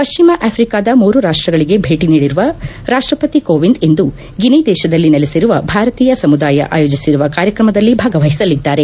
ಪ್ಲಿಮ ಆಫ್ರಿಕಾದ ಮೂರು ರಾಷ್ಷಗಳಿಗೆ ಭೇಟಿ ನೀಡಿರುವ ರಾಷ್ಷಪತಿ ಕೋವಿಂದ್ ಇಂದು ಗಿನಿ ದೇಶದಲ್ಲಿ ನೆಲೆಸಿರುವ ಭಾರತೀಯ ಸಮುದಾಯ ಆಯೋಜಿಸಿರುವ ಕಾರ್ಯಕ್ಷಮದಲ್ಲಿ ಭಾಗವಹಿಸಲಿದ್ದಾರೆ